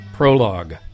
Prologue